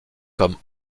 comme